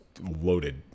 loaded